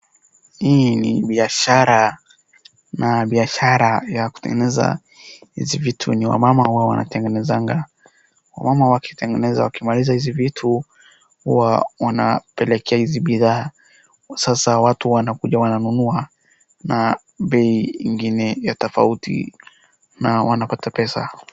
Hii ni biashara, na biashara ya kutengeneza hizi vitu yenye wamama huwa wanatengenezanga, wamama wakitengeneza wakimaliza hizi vitu, huwa wanapelekea hizi bidhaa sasa watu wanakuja wananunua na bei ingine ya tofauti, na wanapata pesa.